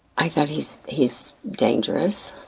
i thought, he's he's dangerous.